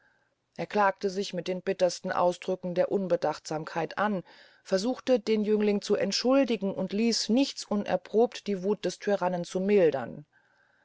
er klagte sich mit den bittersten ausdrücken der unbedachtsamkeit an versuchte den jüngling zu entschuldigen und ließ nichts unerprobt die wuth des tyrannen zu mildern